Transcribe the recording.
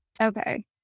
Okay